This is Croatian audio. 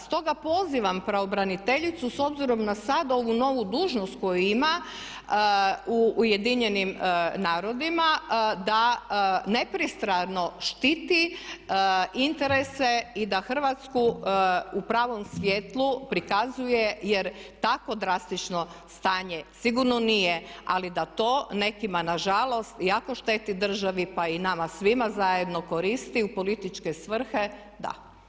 Stoga pozivam pravobraniteljicu s obzirom na sada ovu novu dužnost koju ima u Ujedinjenim narodima da nepristrano štiti interese i da Hrvatsku u pravom svjetlu prikazuje jer takvo drastično stanje sigurno nije ali da to nekima nažalost jako šteti državi pa i nama svima zajedno koristi u političke svrhe, da.